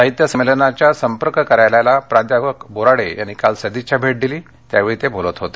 साहित्य संमेलनाच्या संपर्क कार्यालयास प्राचार्य बोराडे यांनी काल सदिच्छा भेट दिली त्यावेळी ते बोलत होते